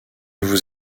vous